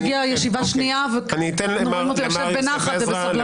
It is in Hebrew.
הוא מגיע לישיבה שנייה והוא ממתין עכשיו בנחת ובסבלנות.